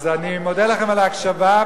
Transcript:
אז אני מודה לכם על ההקשבה,